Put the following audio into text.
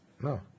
No